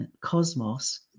cosmos